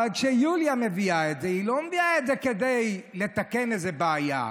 אבל כשיוליה מביאה את זה היא לא מביאה את זה כדי לתקן איזו בעיה,